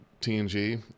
TNG